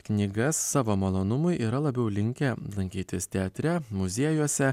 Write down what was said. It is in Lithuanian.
knygas savo malonumui yra labiau linkę lankytis teatre muziejuose